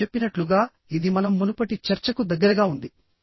నేను చెప్పినట్లుగా ఇది మనం మునుపటి చర్చకు దగ్గరగా ఉంది